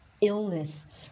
illness